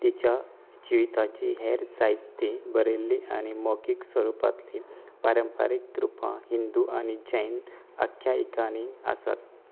तिच्या जिविताचीं हेर जायती बरयल्लीं आनी मौखीक स्वरुपांतलीं पारंपारीक रुपां हिंदू आनी जैन आख्यायिकानी आसात